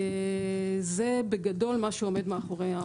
זה בגדול מה שעומד מאחורי העמלה.